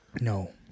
No